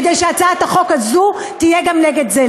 כדי שהצעת החוק הזאת תהיה גם נגד זה.